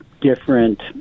different